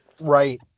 Right